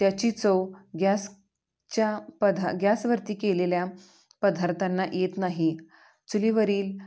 त्याची चव गॅसच्या पधा गॅसवरती केलेल्या पदार्थांना येत नाही चुलीवरील